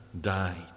died